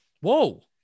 whoa